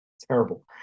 Terrible